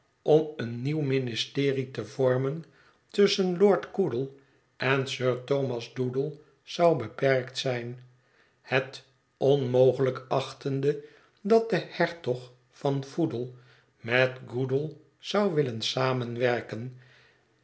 om een nieuw ministerie te vormen tusschen lord coodle en sir thomas doodle zou beperkt zijn het onmogelijk achtende dat de hertog van foodle met goodle zou willen